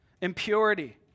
impurity